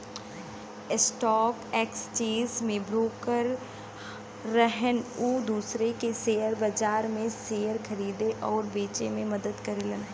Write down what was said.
stock exchange में broker रहन उ दूसरे के शेयर बाजार में शेयर खरीदे आउर बेचे में मदद करेलन